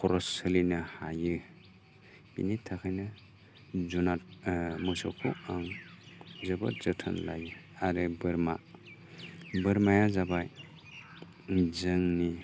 खरस सोलिनो हायो बिनि थाखायनो जुनाद मोसौखौ आं जोबोद जोथोन लायो आरो बोरमा बोरमाया जाबाय जोंनि